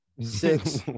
six